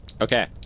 Okay